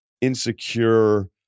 insecure